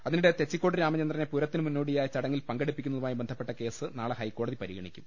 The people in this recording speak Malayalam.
അതിനിടെ തെച്ചിക്കോട് രാമചന്ദ്രനെ പൂരത്തിന് മുന്നോടിയായ ചടങ്ങിൽ പങ്കെടുപ്പിക്കുന്നതുമായി ബന്ധപ്പെട്ട കേസ് നാളെ ഹൈക്കോടതി പരിഗണിക്കും